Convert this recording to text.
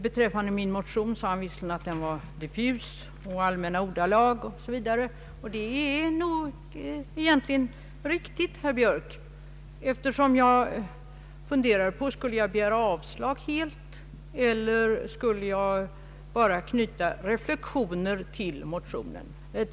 Han sade att min motion var diffus, hållen i allmänna ordalag osv., och det är nog relativt korrekt. Jag funderade nämligen på om jag skulle yrka avslag helt och hållet eller om jag bara skulle knyta reflexioner till propositionen.